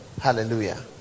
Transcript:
hallelujah